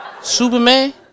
Superman